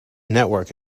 network